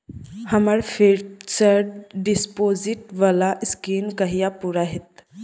हम्मर fixed deposit वला scheme कहिया पूरा हैत?